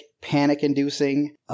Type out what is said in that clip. panic-inducing